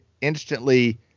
instantly